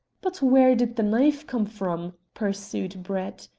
but where did the knife come from? pursued brett.